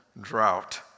drought